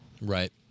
Right